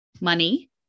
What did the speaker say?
money